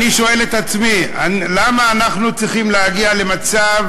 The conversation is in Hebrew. אני שואל את עצמי: למה אנחנו צריכים להגיע למצב